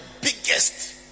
biggest